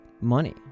money